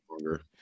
longer